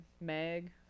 Meg